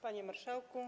Panie Marszałku!